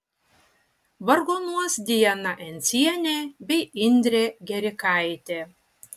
vargonuos diana encienė bei indrė gerikaitė